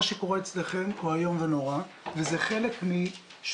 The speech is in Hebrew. מה שקורה אצלכם הוא איום ונורא וזה חלק משורת